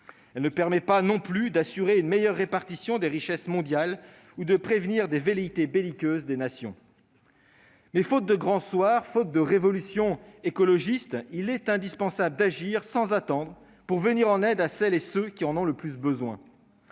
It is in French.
Elle ne permet pas, enfin, d'assurer une meilleure répartition des richesses mondiales ou de prévenir les velléités belliqueuses des Nations. Toutefois, faute de grand soir, faute de révolution écologiste, il est indispensable d'agir sans attendre pour venir en aide à celles et ceux qui en ont le plus besoin.